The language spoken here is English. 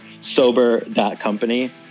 sober.company